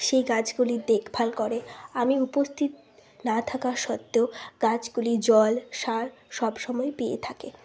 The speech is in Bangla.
সেই গাছগুলি দেখভাল করে আমি উপস্থিত না থাকা সত্ত্বেও গাছগুলি জল সার সব সময় পেয়ে থাকে